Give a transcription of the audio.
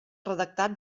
redactat